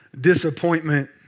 disappointment